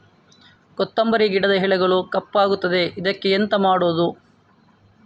ಕೊತ್ತಂಬರಿ ಗಿಡದ ಎಲೆಗಳು ಕಪ್ಪಗುತ್ತದೆ, ಇದಕ್ಕೆ ಎಂತ ಮಾಡೋದು?